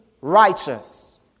righteous